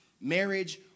marriage